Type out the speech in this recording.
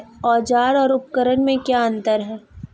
औज़ार और उपकरण में क्या अंतर है?